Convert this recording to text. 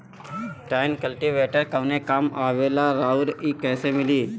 Tine cultivator कवने काम आवेला आउर इ कैसे मिली?